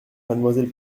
mademoiselle